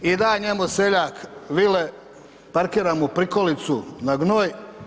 I da njemu seljak vile, parkira mu prikolicu na gnoj.